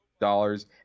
dollars